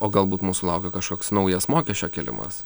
o galbūt mūsų laukia kažkoks naujas mokesčio kėlimas